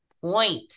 point